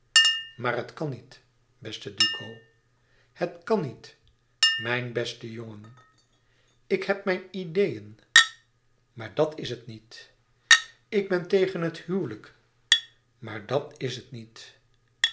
maar het kan niet beste duco het kan niet mijn beste jongen ik heb mijn ideeën maar dat is het niet ik ben tegen het huwelijk maar dat is het niet